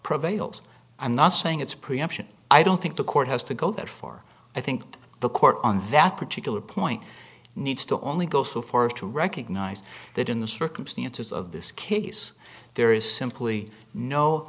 prevails i'm not saying it's preemption i don't think the court has to go that far i think the court on that particular point needs to only go so far as to recognize that in the circumstances of this case there is simply no